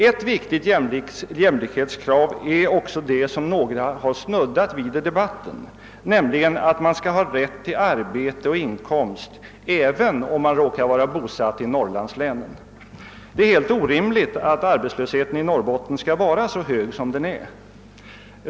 Ett viktigt jämlikhetskrav är också det som några har snuddat vid i debatten, nämligen rätt till arbete och inkomst även om man råkar vara bosatt i ett av norrlandslänen. Det är orimligt att arbetslösheten i Norrbotten skall vara så hög som den är.